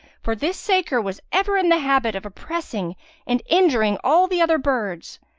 for this saker was ever in the habit of oppressing and injuring all the other birds.